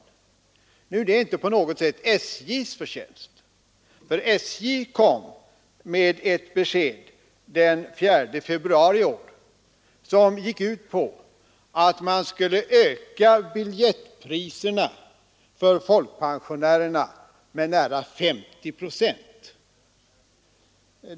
Detta är dock inte på något sätt SJ:s förtjänst. SJ meddelade nämligen den 4 februari i år, att man skulle höja biljettpriserna för folkpensionärerna med nära 50 procent.